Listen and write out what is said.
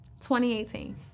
2018